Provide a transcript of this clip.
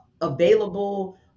available